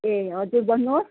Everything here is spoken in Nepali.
ए हजुर भन्नुहोस्